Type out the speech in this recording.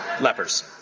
lepers